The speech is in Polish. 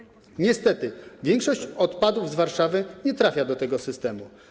Niestety większość odpadów z Warszawy nie trafia do tego systemu.